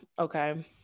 okay